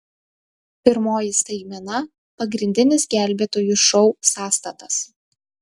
pirmoji staigmena pagrindinis gelbėtojų šou sąstatas